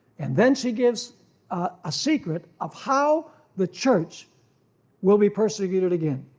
and then she gives a secret of how the church will be persecuted again.